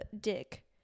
dick